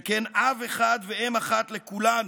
שכן אב אחד ואם אחת לכולנו,